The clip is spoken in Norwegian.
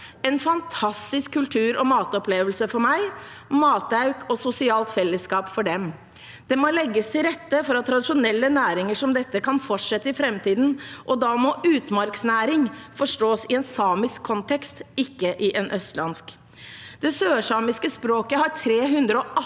en fantastisk kultur- og matopplevelse for meg, matauk og sosialt fellesskap for dem. Det må legges til rette for at tradisjonelle næringer som dette kan fortsette i framtiden, og da må utmarksnæring forstås i en samisk kontekst, ikke i en østlandsk. Det sørsamiske språket har 318 ord